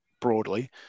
broadly